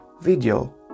video